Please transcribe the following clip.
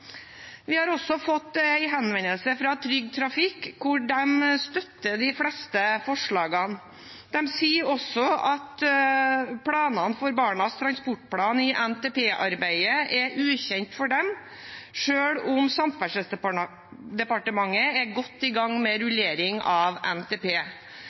Vi har også fått en henvendelse fra Trygg Trafikk, hvor de støtter de fleste forslagene. De sier også at planene for Barnas transportplan i NTP-arbeidet er ukjent for dem, selv om Samferdselsdepartementet er godt i gang med rullering av NTP.